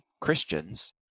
Christians